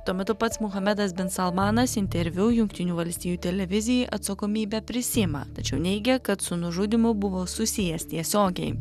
tuo metu pats muhamedas bin salmanas interviu jungtinių valstijų televizijai atsakomybę prisiima tačiau neigia kad su nužudymu buvo susijęs tiesiogiai